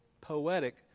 poetic